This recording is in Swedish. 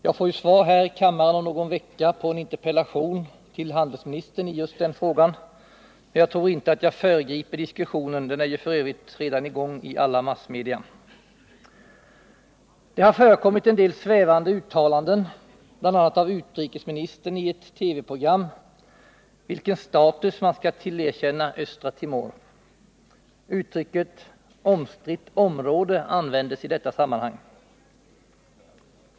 Jag får ju svar här i kammaren om någon vecka på en interpellation till handelsministern i just den frågan, men jag tror inte att jag föregriper diskussionen; den är f. ö. redan i gång i alla massmedia. Det har förekommit en del svävande uttalanden, bl.a. av utrikesministern i ett TV-program, om vilken status man skall tillerkänna Östra Timor. Uttrycket ”omstritt område” användes i detta sammanhang.